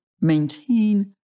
maintain